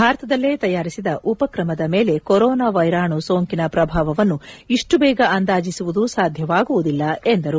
ಭಾರತದಲ್ಲೇ ತಯಾರಿಸಿ ಉಪಕ್ರಮದ ಮೇಲೆ ಕೋರೋನಾ ವೈರಾಣು ಸೋಂಕಿನ ಪ್ರಭಾವವನ್ನು ಇಷ್ನು ಬೇಗ ಅಂದಾಜಿಸುವುದು ಸಾಧ್ಯವಾಗುವುದಿಲ್ಲ ಎಂದರು